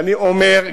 ואני אומר: